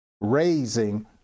raising